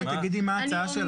אז בואי תגידי מה ההצעה שלך.